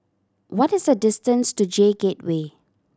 what is the distance to J Gateway